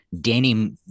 Danny